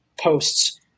posts